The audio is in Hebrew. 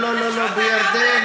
להפריע.